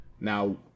now